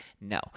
No